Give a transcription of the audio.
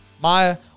Maya